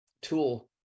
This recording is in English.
tool